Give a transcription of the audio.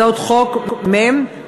הצעת חוק מ/504.